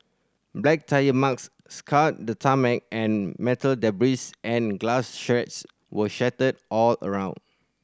black tyre marks scarred the tarmac and metal debris and glass shards were scattered all around